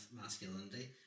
masculinity